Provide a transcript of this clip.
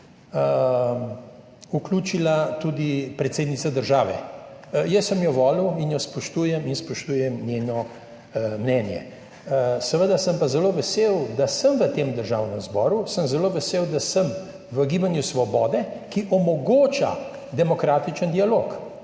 vključila tudi predsednica države. Jaz sem jo volil in jo spoštujem ter spoštujem njeno mnenje. Seveda sem pa zelo vesel, da sem v Državnem zboru, zelo sem vesel, da sem v Gibanju Svoboda, ki omogoča demokratičen dialog,